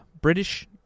British